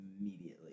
immediately